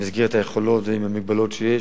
במסגרת היכולות ועם המגבלות שיש.